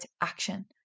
action